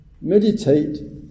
meditate